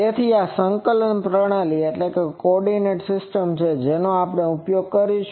તેથી આ સંકલન પ્રણાલી છે જેનો આપણે ઉપયોગ કરીશું